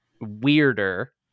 weirder